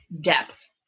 depth